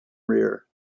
rear